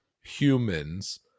humans